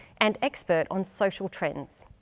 and expert on social trends.